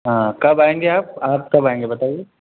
ہاں کب آئیں گے آپ آپ کب آئیں گے بتائیے